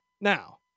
Now